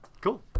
Cool